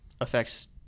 affects